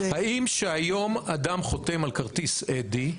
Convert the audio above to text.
האם כשהיום אדם חותם על כרטיס אדי?